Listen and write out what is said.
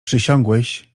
przysiągłeś